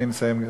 אני מסיים,